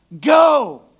Go